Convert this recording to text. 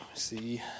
see